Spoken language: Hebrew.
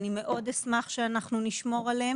אני מאוד אשמח שאנחנו נשמור עליהן,